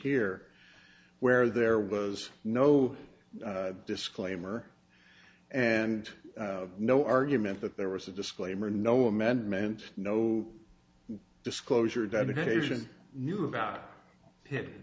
here where there was no disclaimer and no argument that there was a disclaimer no amendment no disclosure dedication knew about it